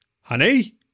Honey